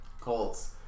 Colts